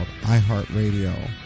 iHeartRadio